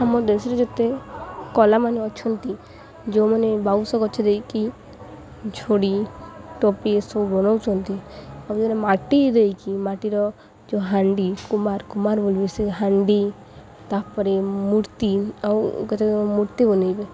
ଆମ ଦେଶରେ ଯେତେ କଲାମାନେ ଅଛନ୍ତି ଯେଉଁମାନେ ବାଉଁଶ ଗଛ ଦେଇକି ଝୁଡ଼ି ଟୋପି ଏସବୁ ବନଉଛନ୍ତି ଆଉ ଜଣେ ମାଟି ଦେଇକି ମାଟିର ଯେଉଁ ହାଣ୍ଡି କୁମାର କୁମାର ବୋଲେ ସେ ହାଣ୍ଡି ତାପରେ ମୂର୍ତ୍ତି ଆଉ ମୂର୍ତ୍ତି ବନେଇବେ